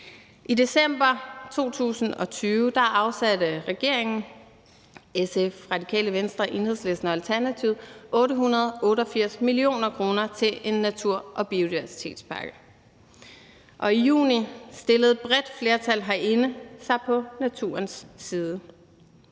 Enhedslisten og Alternativet 888 mio. kr. til en natur- og biodiversitetspakke. I juni stillede et bredt flertal herinde sig på naturens side.